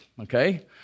okay